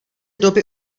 doby